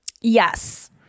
Yes